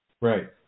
right